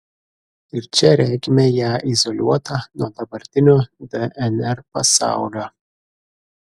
ir čia regime ją izoliuotą nuo dabartinio dnr pasaulio